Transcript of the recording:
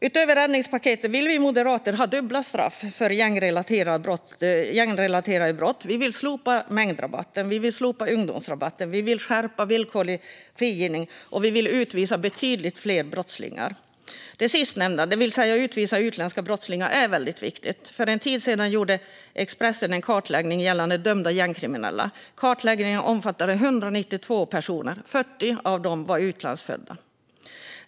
Utöver räddningspaketet vill vi moderater ha dubbla straff för gängrelaterade brott, slopa mängdrabatten, slopa ungdomsrabatten, skärpa villkorlig frigivning och utvisa betydligt fler brottslingar. Det sistnämnda, det vill säga att utvisa utländska brottslingar, är väldigt viktigt. För en tid sedan gjorde Expressen en kartläggning gällande dömda gängkriminella. Kartläggningen omfattade 192 personer, 40 procent av dem var utlandsfödda.